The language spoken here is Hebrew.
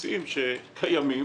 בסיסיים שקיימים